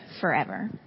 forever